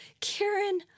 Karen